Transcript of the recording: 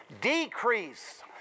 Decrease